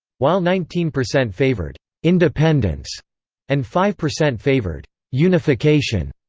while nineteen percent favoured independence and five percent favoured unification.